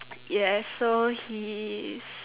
yes so he's